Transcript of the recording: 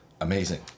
amazing